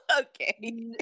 Okay